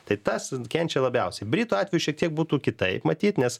tai tas kenčia labiausiai britų atveju šiek tiek būtų kitaip matyt nes